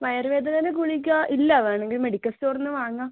വയറുവേദനേൻ്റെ ഗുളിക ഇല്ല വേണമെങ്കിൽ മെഡിക്കൽ സ്റ്റോറിൽ നിന്ന് വാങ്ങാം